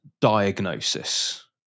diagnosis